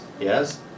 Yes